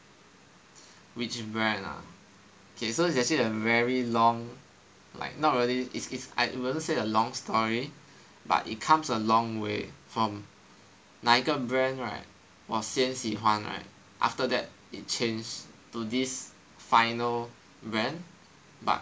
which brand ah okay so it's actually a very long like not really is is I wouldn't say a long story but it comes a long way from 哪一个 brand right 我先喜欢 right after that it changed to this final brand but